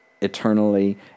eternally